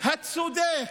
הצודק,